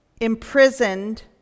imprisoned